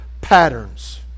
patterns